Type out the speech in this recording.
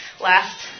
last